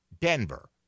Denver